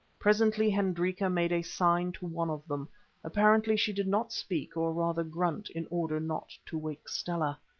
presently hendrika made a sign to one of them apparently she did not speak, or rather grunt, in order not to wake stella.